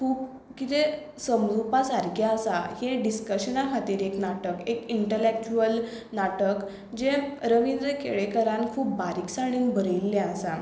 खूब किदें समजुपा सारकें आसा हें डिसकशना खातीर एक नाटक एक इंटलॅक्चुअल नाटक जें रविंद्र केळेकरान खूब बारीकसाणेन बरयल्लें आसा